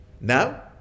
Now